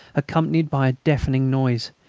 accompanied by a deafening noise,